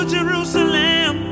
Jerusalem